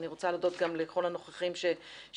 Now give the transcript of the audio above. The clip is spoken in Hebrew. אני רוצה להודות גם לכל הנוכחים שהגיעו,